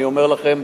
אני אומר לכם,